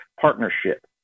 partnership